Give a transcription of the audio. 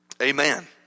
Amen